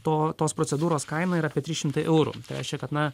to tos procedūros kaina yra apie trys šimtai eurų tai reiškia kad na